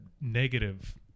negative